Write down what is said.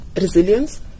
resilience